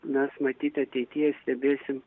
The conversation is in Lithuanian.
mes matyt ateityje stebėsim